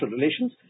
relations